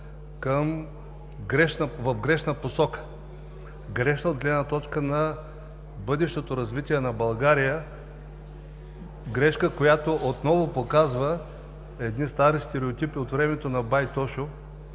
в грешна посока – грешна от гледна точка на бъдещото развитие на България, грешна, защото отново показва едни стари стереотипи от времето на бай Тошо,